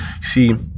See